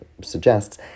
suggests